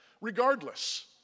Regardless